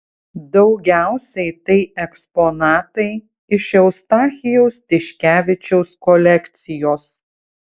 daugiausiai tai eksponatai iš eustachijaus tiškevičiaus kolekcijos